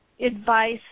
advice